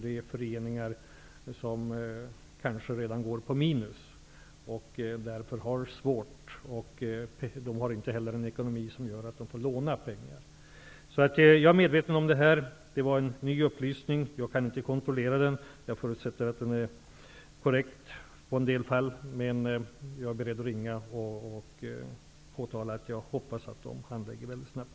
Det är föreningar som kanske redan står på minus och därför har det svårt. De har inte heller någon ekonomi som gör att de får låna pengar. Jag är medveten om problemet. Detta är en ny upplysning. Jag kan inte kontrollera den -- jag förutsätter att det är korrekt i en del fall -- men jag är beredd att ringa och säga att jag hoppas att handläggningen går snabbt.